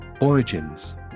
Origins